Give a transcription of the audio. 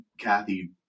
kathy